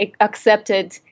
accepted